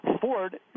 Ford